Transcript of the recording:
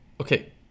okay